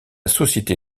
société